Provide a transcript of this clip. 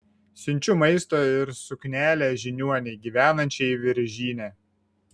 siunčiu maisto ir suknelę žiniuonei gyvenančiai viržyne